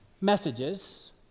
messages